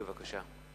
בבקשה.